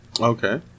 Okay